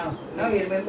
mmhmm